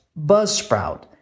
buzzsprout